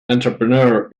entrepreneur